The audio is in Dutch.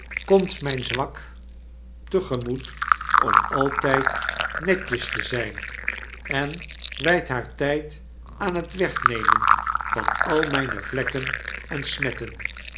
komt myn zwaktegemoet om altjjd netjes te zyn enwijdtliaartijd aan het wegnemen van al mijne vlekken en smetten